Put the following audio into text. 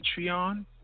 Patreon